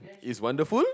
it's wonderful